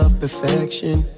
Perfection